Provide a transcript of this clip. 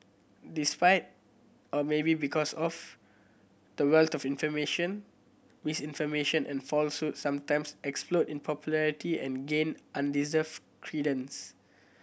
despite or maybe because of the wealth of information misinformation and falsehoods sometimes explode in popularity and gain undeserved credence